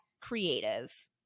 creative